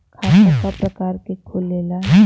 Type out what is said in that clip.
खाता क प्रकार के खुलेला?